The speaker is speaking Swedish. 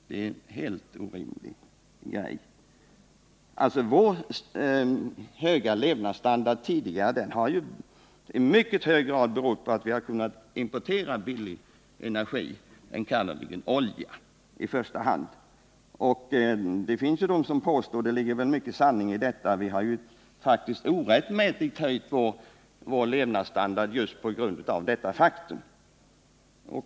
Det är enligt mitt förmenande helt orimligt. Vår höga levnadsstandard tidigare har i mycket hög grad berott på att vi kunnat importera billig energi, i första hand olja. Det finns de som påstått — och det ligger väl mycket sanning i detta — att vi faktiskt orättmätigt har höjt vår levnadsstandard just med hjälp av denna billiga energi.